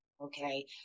Okay